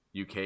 UK